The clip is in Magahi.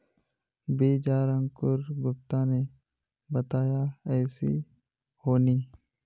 बीज आर अंकूर गुप्ता ने बताया ऐसी होनी?